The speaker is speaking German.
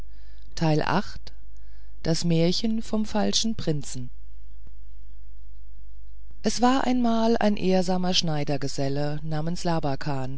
das märchen vom falschen prinzen es war einmal ein ehrsamer schneidergeselle namens labakan